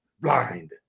blind